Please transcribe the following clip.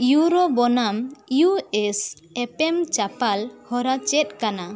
ᱤᱩᱭᱩᱨᱳ ᱵᱚᱱᱟᱢ ᱤᱭᱩᱹᱮᱥ ᱮᱯᱮᱢ ᱪᱟᱯᱟᱞ ᱦᱚᱨᱟ ᱪᱮᱫ ᱠᱟᱱᱟ